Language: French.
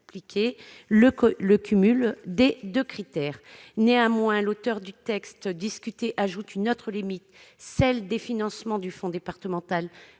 le cumul des deux critères. Néanmoins, l'auteur du texte discuté ajoute une autre limite, celle des financements du Fonds départemental